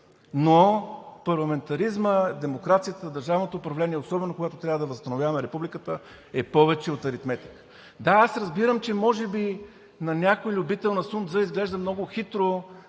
но парламентаризмът, демокрацията, държавното управление, особено когато трябва да възстановяваме републиката, е повече от аритметика. Да, аз разбирам, че може би на някой любител на Сун Дзъ изглежда много хитро,